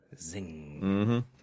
Zing